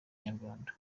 inyarwanda